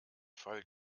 fall